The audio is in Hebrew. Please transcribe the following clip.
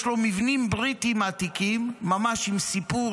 יש להם מבנים בריטיים עתיקים ממש עם סיפור,